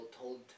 told